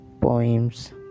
poems